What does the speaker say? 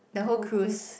the whole cruise